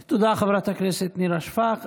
תודה, חברת הכנסת נירה שפק.